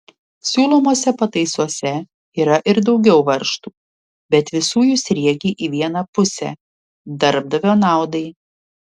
siūlomose pataisose yra ir daugiau varžtų bet visų jų sriegiai į vieną pusę darbdavio naudai